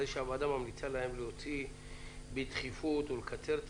הרי שהוועדה ממליצה להם להוציא בדחיפות ולקצר את